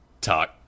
talk